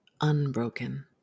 unbroken